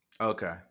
Okay